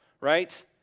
right